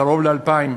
קרוב ל-2,000,